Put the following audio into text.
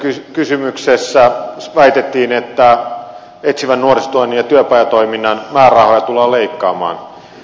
edustajan kysymyksessä väitettiin että etsivän nuorisotyön ja työpajatoiminnan määrärahoja tullaan leikkaamaan